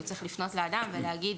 כי הוא צריך לפנות לאדם ולהגיד: